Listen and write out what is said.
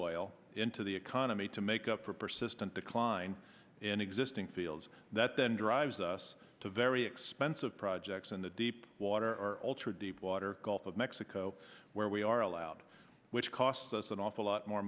oil into the economy to make up for persistent decline in existing fields that then drives us to very expensive projects in the deep water or ultra deepwater gulf of mexico where we are allowed which costs us an awful lot more